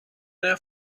der